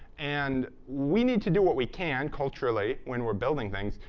and we need to do what we can, culturally, when we're building things,